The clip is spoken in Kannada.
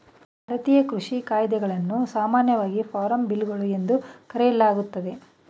ಭಾರತೀಯ ಕೃಷಿ ಕಾಯಿದೆಗಳನ್ನು ಸಾಮಾನ್ಯವಾಗಿ ಫಾರ್ಮ್ ಬಿಲ್ಗಳು ಎಂದು ಕರೆಯಲಾಗ್ತದೆ